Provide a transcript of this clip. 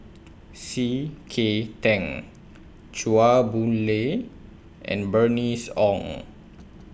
C K Tang Chua Boon Lay and Bernice Ong